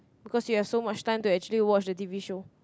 cause you have so much time to actually watch the t_v show